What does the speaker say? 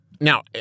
Now